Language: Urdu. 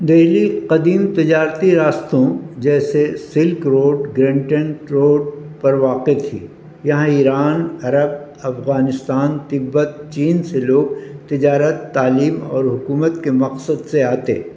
دہلی قدیم تجارتی راستوں جیسے silk road grand trunk road پر واقع تھی یہاں ایران عرب افغانستان تبت چین سے لوگ تجارت تعلیم اور حکومت کے مقصد سے آتے